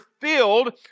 filled